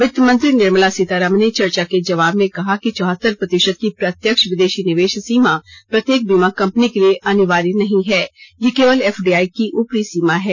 वित्त मंत्री निर्मला सीतारामन ने चर्चा के जवाब में कहा कि चौहतर प्रतिशत की प्रत्यक्ष विदेशी निवेश सीमा प्रत्येक बीमा कंपनी के लिए अनिवार्य नहीं है यह केवल एफडीआई की उपरी सीमा है